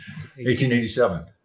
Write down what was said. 1887